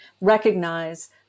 recognize